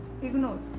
ignore